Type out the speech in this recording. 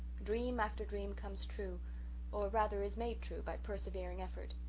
dream after dream comes true or rather is made true by persevering effort.